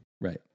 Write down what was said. right